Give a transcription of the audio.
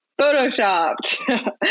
photoshopped